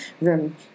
Room